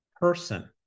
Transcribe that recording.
person